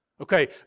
Okay